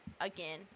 again